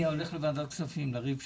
אני הולך לוועדת כספים לריב שמה.